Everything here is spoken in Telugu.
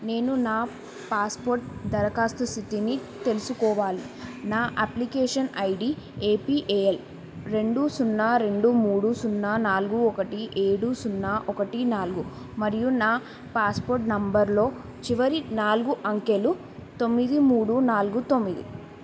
నేను నా పాస్పోర్ట్ దరఖాస్తు స్థితిని తెలుసుకోవాలి నా అప్లికేషన్ ఐడీ ఏపీఏఎల్ రెండు సున్నా రెండు మూడు సున్నా నాలుగు ఒకటి ఏడు సున్నా ఒకటి నాలుగు మరియు నా పాస్పోర్ట్ నంబర్లో చివరి నాలుగు అంకెలు తొమ్మిది మూడు నాలుగు తొమ్మిది